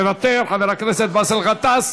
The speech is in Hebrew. מוותר, חבר הכנסת באסל גטאס,